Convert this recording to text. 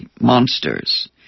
monsters